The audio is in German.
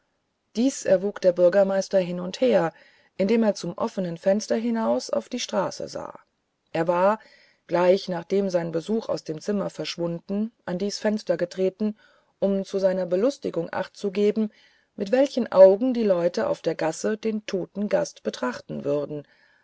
dies erwog der bürgermeister her und hin indem er zum offenen fenster hinaus auf die straße sah er war gleich nachdem sein besuch aus dem zimmer verschwunden an dies fenster getreten um zu seiner belustigung achtzugeben mit welchen augen die leute auf der gasse den toten gast betrachten würden